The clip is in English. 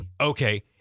Okay